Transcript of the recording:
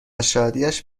شادیش